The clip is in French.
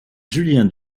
julien